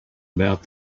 about